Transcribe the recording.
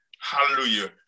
hallelujah